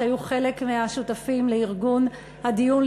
שהיו חלק מהשותפים לארגון הדיון,